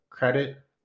credit